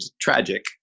tragic